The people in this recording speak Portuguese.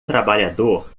trabalhador